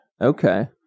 Okay